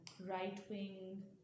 right-wing